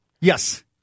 yes